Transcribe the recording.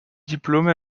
diplôme